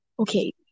Okay